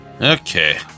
Okay